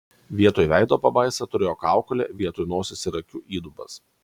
vietoj veido pabaisa turėjo kaukolę vietoj nosies ir akių įdubas